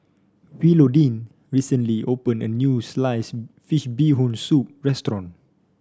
Willodean recently opened a new Sliced Fish Bee Hoon Soup restaurant